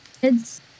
kids